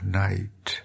night